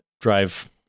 drive